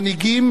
מנהיגים